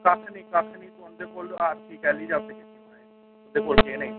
कक्ख नी कक्ख नी तुं'दे कोल आर सी कैह्ली जपत कीती उ'नें